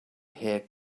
hair